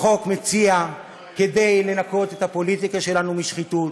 החוק מציע, כדי לנקות את הפוליטיקה שלנו משחיתות,